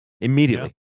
immediately